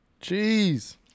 Jeez